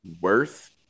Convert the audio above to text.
worth